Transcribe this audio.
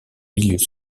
milieux